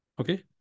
Okay